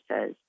says